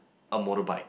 a motorbike